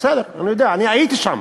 אני הייתי שם.